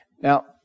Now